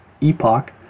epoch